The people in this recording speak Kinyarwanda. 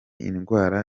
indwara